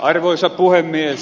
arvoisa puhemies